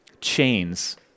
chains